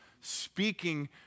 speaking